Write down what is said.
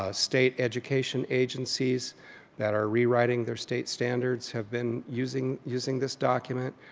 ah state education agencies that are rewriting their state standards, have been using using this document.